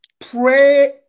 Pray